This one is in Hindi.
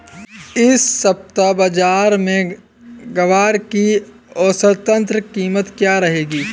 इस सप्ताह बाज़ार में ग्वार की औसतन कीमत क्या रहेगी?